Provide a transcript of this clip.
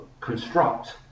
construct